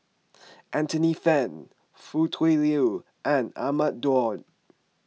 Anthony then Foo Tui Liew and Ahmad Daud